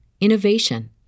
innovation